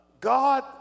God